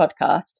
podcast